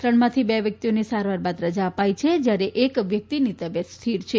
ત્રણમાંથી બે વ્યક્તિઓને સારવાર બાદ રજા અપાઈ છે જ્યારે એક વ્યક્તિની તબિયત સ્થિર છે